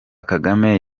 kagame